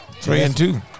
Three-and-two